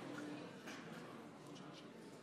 התוצאות: